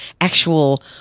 actual